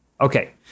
Okay